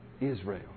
Israel